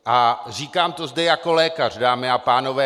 A říkám to zde jako lékař, dámy a pánové.